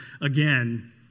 again